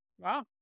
Wow